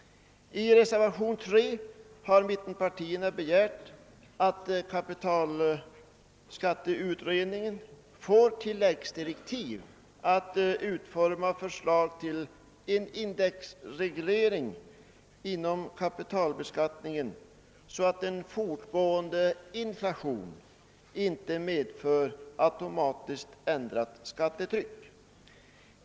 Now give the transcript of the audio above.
I reservationen 3 har mittenpartierna begärt att kapitalskatteberedningen får tilläggsdirektiv att utforma förslag till indexreglering inom kapitalbeskattningen för att undvika att en fortgående inflation automatiskt medför ändrat skattetryck.